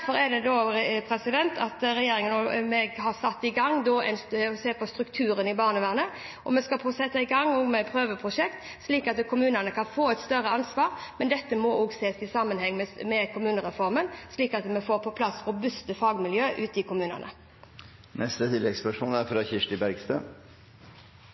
å se på strukturen i barnevernet, og vi skal sette i gang et prøveprosjekt slik at kommunene kan få et større ansvar. Men dette må også ses i sammenheng med kommunereformen, slik at vi får på plass robuste fagmiljøer ute i kommunene. Kirsti Bergstø – til oppfølgingsspørsmål. Ideelle aktører har historisk sett hatt en viktig rolle i barnevernet. Det er